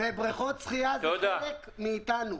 בריכות שחייה זה חלק מאיתנו.